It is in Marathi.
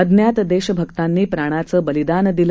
अज्ञात देशभक्तांनी प्राणांचं बलिदान दिलं